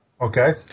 Okay